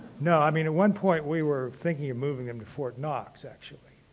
no, i mean at one point, we were thinking of moving them to fort knox actually,